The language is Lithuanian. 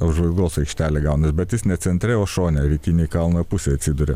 apžvalgos aikštelė gaunas bet jis ne centre o šone rytinėj kalno pusėj atsiduria